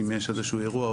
אם יש איזשהו אירוע,